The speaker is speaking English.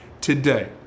today